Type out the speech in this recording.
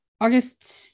August